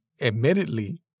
admittedly